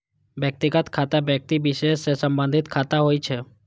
व्यक्तिगत खाता व्यक्ति विशेष सं संबंधित खाता होइ छै